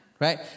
Right